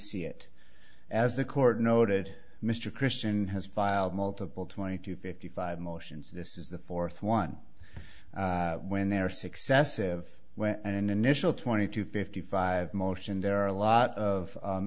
see it as the court noted mr christian has filed multiple twenty two fifty five motions this is the fourth one when there are successive where an initial twenty two fifty five motion there are a lot of